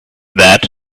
that